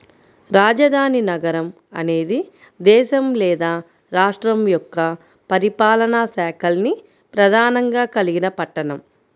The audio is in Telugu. రాజధాని నగరం అనేది దేశం లేదా రాష్ట్రం యొక్క పరిపాలనా శాఖల్ని ప్రధానంగా కలిగిన పట్టణం